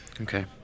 Okay